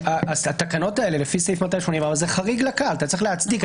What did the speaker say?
התקנות האלה זה חריג לקהל, אתה צריך להצדיק.